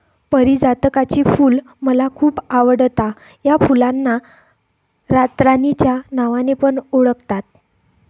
पारीजातकाची फुल मला खूप आवडता या फुलांना रातराणी च्या नावाने पण ओळखतात